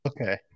okay